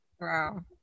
Wow